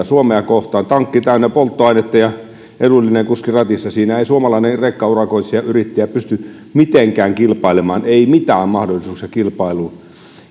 suomea kohtaan tankki täynnä polttoainetta ja edullinen kuski ratissa siinä ei suomalainen rekkaurakoitsijayrittäjä pysty mitenkään kilpailemaan ei mitään mahdollisuuksia kilpailuun